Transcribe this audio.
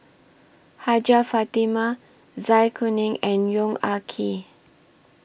Hajjah Fatimah Zai Kuning and Yong Ah Kee